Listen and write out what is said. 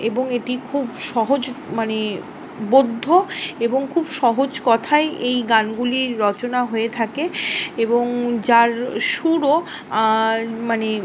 এবং এটি খুব সহজ মানে বোদ্ধ এবং খুব সহজ কথায় এই গানগুলির রচনা হয়ে থাকে এবং যার সুরও মানে